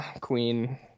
Queen